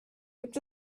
gibt